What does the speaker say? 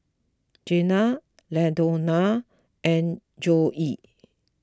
Janay Ladonna and Joye